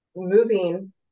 moving